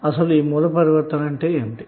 అసలు source transformation అంటే ఏమిటి